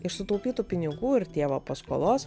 iš sutaupytų pinigų ir tėvo paskolos